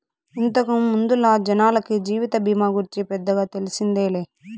ఇంతకు ముందల జనాలకి జీవిత బీమా గూర్చి పెద్దగా తెల్సిందేలే